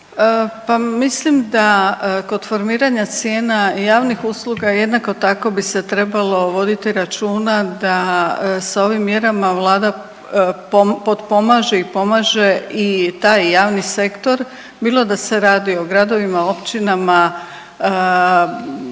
Pa mislim da kod formiranja cijena javnih usluga jednako tako bi se trebalo voditi računa da sa ovim mjerama Vlada potpomaže i pomaže i taj javni sektor bilo da se radi o gradovima, općinama,